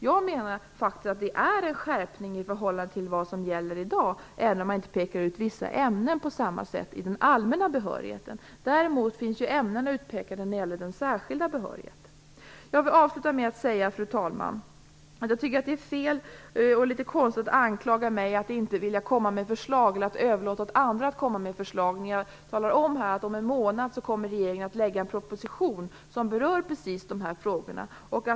Jag menar att det här faktiskt är en skärpning i förhållande till vad som gäller i dag, även om man inte på samma sätt pekar ut vissa ämnen i fråga om den allmänna behörigheten. Däremot finns ju ämnena utpekade när det gäller den särskilda behörigheten. Jag vill, fru talman, avsluta med att säga att jag tycker att det fel och litet konstigt att anklaga mig för att inte vilja komma med förslag, utan att överlåta åt andra att göra det. Jag talar ju här om att regeringen om en månad kommer att lägga fram en proposition som berör precis de här frågorna.